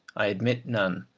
i admit none.